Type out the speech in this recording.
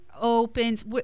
opens